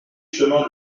chemin